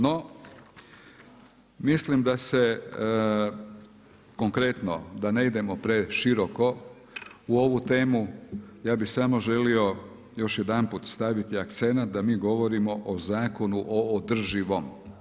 No, mislim da se konkretno, da ne idemo preširoko u ovu temu ja bih samo želio još jedanput staviti akcenat da mi govorimo o Zakonu o održivom.